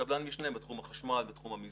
קבלן משנה בתחום החשמל, בתחום המיזוג,